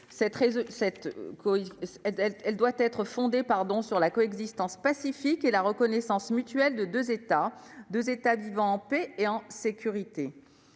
fondée sur la coexistence pacifique et la reconnaissance mutuelle de deux États vivant en paix et en sécurité.